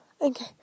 Okay